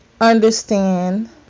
understand